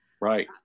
right